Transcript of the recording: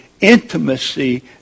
intimacy